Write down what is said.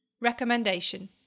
Recommendation